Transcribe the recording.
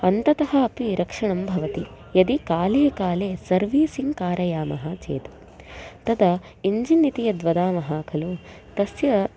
अन्ततः अपि रक्षणं भवति यदि काले काले सर्वीसिङ्ग् कारयामः चेत् तदा इन्जिन् इति यद् वदामः खलु तस्य